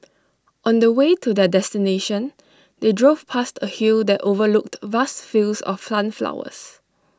on the way to their destination they drove past A hill that overlooked vast fields of sunflowers